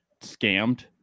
scammed